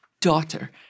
Daughter